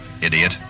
Idiot